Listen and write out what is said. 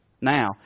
now